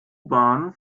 bahn